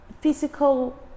physical